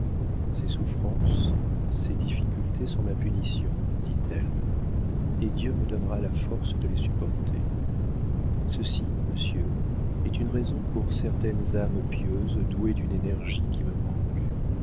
ces souffrances ces difficultés sont ma punition dit-elle et dieu me donnera la force de les supporter ceci monsieur est une raison pour certaines âmes pieuses douées d'une énergie qui me manque